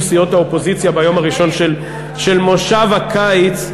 סיעות האופוזיציה ביום הראשון של מושב הקיץ,